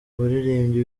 abaririmbyi